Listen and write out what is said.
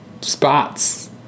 spots